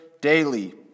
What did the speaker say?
daily